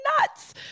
nuts